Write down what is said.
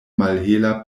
malhela